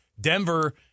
Denver